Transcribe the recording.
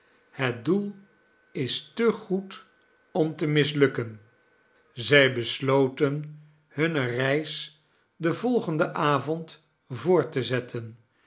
het doel istegoed om te mislukken zij besloten hunne reis den volgenden avond voort te zetten